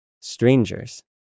strangers